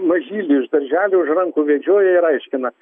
mažylį iš darželio už rankų vedžioja ir aiškina